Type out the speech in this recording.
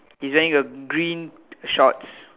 he's wearing a green shorts